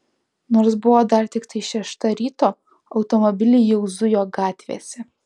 nors buvo dar tiktai šešta ryto automobiliai jau zujo gatvėse